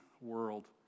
world